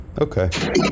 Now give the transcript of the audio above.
okay